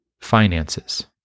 finances